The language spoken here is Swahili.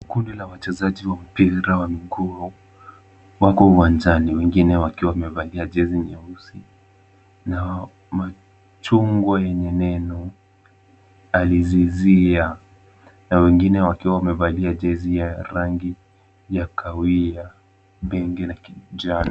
Kundi la wachezaji wa mpira wa miguu wako uwanjani wengine wakiwa wamevalia jezi nyeusi na machungwa yenye neno Al-Azizia na wengine wakiwa wamevalia jezi ya rangi ya kahawia, bheji na kijani.